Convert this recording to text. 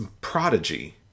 Prodigy